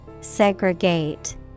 Segregate